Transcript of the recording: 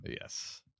Yes